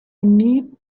need